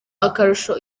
akarusho